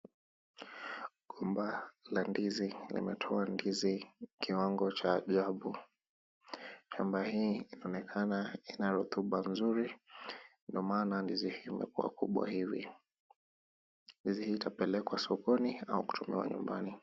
Mgomba wa ndizi umetoa ndizi kiwango cha ajabu ambaye inaonekana ina rotuba nzuri ndio maana ndizi imekua kubwa hivi. Ndizi hii itapelekwa sokoni au kutumiwa nyumbani.